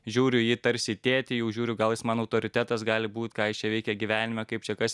žiūriu į jį tarsi į tėtį jau žiūriu gal jis man autoritetas gali būt ką jis čia veikia gyvenime kaip čia kas